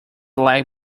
lag